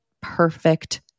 perfect